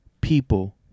people